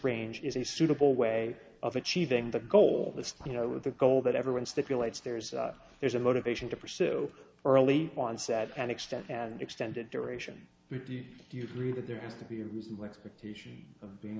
range is a suitable way of achieving the goal that's you know with the goal that everyone stipulates there's there's a motivation to pursue early onset and extend and extended duration you can read that there has to be a reasonable expectation of being